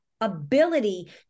ability